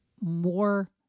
more